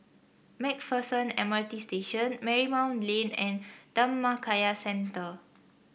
Mac Pherson M R T Station Marymount Lane and Dhammakaya Center